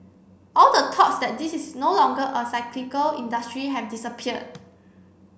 all the thoughts that this is no longer a cyclical industry have disappeared